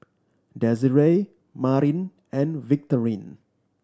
Desirae Marin and Victorine